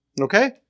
Okay